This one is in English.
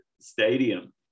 Stadium